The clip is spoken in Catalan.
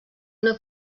una